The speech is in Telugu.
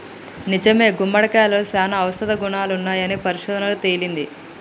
నిజమే గుమ్మడికాయలో సానా ఔషధ గుణాలున్నాయని పరిశోధనలలో తేలింది